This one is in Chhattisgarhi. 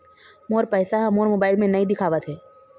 मोर पैसा ह मोर मोबाइल में नाई दिखावथे